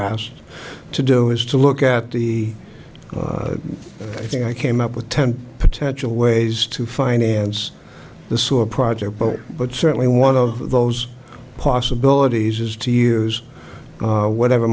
asked to do is to look at the thing i came up with ten potential ways to finance the so a project boat but certainly one of those possibilities is two years whatever